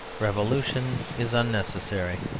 revolution is unnecessary.